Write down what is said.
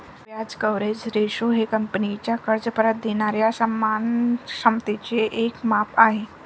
व्याज coverage ratio हे कंपनीचा कर्ज परत देणाऱ्या सन्मान क्षमतेचे एक माप आहे